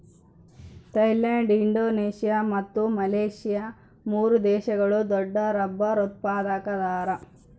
Thailand Indonesia ಮತ್ತು Malaysia ಮೂರು ದೇಶಗಳು ದೊಡ್ಡರಬ್ಬರ್ ಉತ್ಪಾದಕರದಾರ